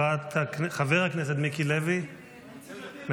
חבר הכנסת מיקי לוי, מוותר.